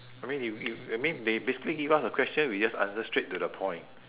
I mean if if I mean they basically give us an question we just answer straight to the point